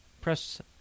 Press